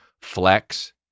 flex